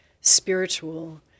spiritual